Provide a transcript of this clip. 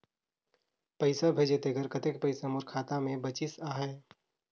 पइसा भेजे तेकर कतेक पइसा मोर खाता मे बाचिस आहाय?